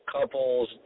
couples